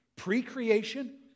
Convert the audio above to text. Pre-creation